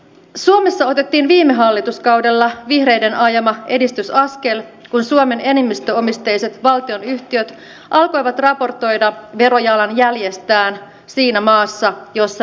suomessa otettiin viime hallituskaudella vihreiden ajama edistysaskel kun suomen enemmistöomisteiset valtionyhtiöt alkoivat raportoida verojalanjäljestään siinä maassa jossa ne toimivat